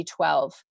B12